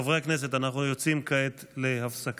אני קובע כי הצעת חוק לתיקון